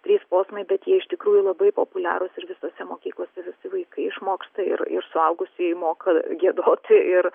trys posmai bet jie iš tikrųjų labai populiarūs ir visose mokyklose visi vaikai išmoksta ir ir suaugusieji moka giedoti ir